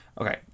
Okay